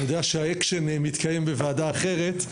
אני יודע שהאקשן מתקיים בוועדה אחרת,